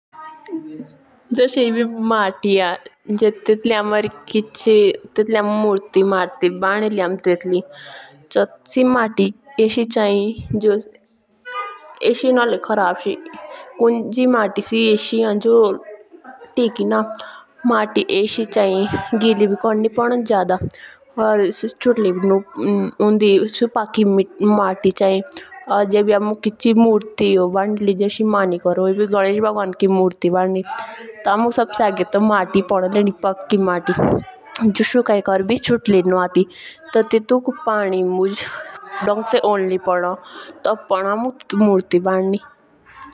जस एभी मति होन जो तेतकिये हमें किच मूर्ति मारती भनली किच तेतली तो सेई मति एसि चेइजो एसि नू होली खराब सी कुन्जी मति एसि होन जो टिकेना। मति एसि चेयी गिली भी कोर्नी पोडनी जादा। या से छोटली बिनु उंदी।